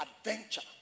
adventure